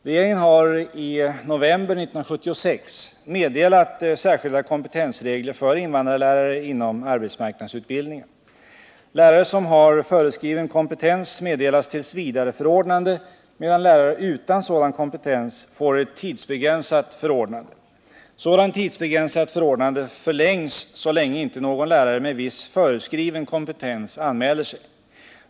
Regeringen har i november 1976 meddelat särskilda kompetensregler för invandrarlärare inom arbetsmarknadsutbildningen. Lärare som har föreskriven kompetens meddelas tillsvidareförordnande tryggheten för vissa invandrarlärare tryggheten för vissa invandrarlärare medan lärare utan sådan kompetens får ett tidsbegränsat förordnande. Sådant tidsbegränsat förordnande förlängs så länge inte någon lärare med viss föreskriven kompetens anmäler sig.